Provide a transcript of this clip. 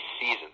season